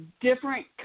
different